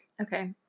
Okay